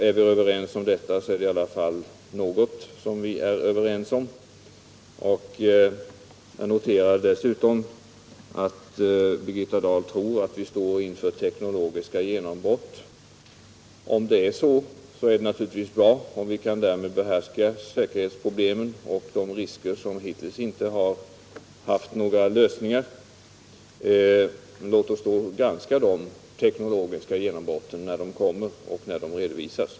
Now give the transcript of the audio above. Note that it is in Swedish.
Är vi överens om detta, så är vi i alla fall överens om något. Jag noterade dessutom att Birgitta Dahl tror att vi står inför teknologiska genombrott. Ifall det är riktigt, är det naturligtvis bra om vi därmed kan behärska de säkerhetsproblem och de risker som hittills inte har kunnat bemästras. Låt oss granska de teknologiska genombrotten när de kommer och när de redovisas.